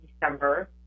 December